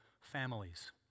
families